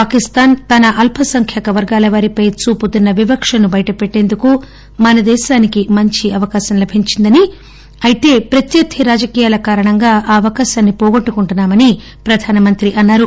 పాకిస్తాన్ తన అల్స సంఖ్యాక వర్గాల వారిపై చూపుతున్న వివక్షను బయటపెట్టేందుకు మన దేశానికి మంచి అవకాశం లభించిందని అయితే ప్రత్వర్థి రాజకీయాల కారణంగా ఆ అవకాశాన్ని పోగొట్టుకుంటున్నా మని ప్రధానమంత్రి అన్నారు